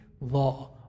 law